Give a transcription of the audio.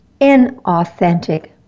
inauthentic